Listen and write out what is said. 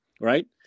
right